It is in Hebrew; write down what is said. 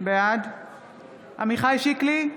בעד עמיחי שיקלי,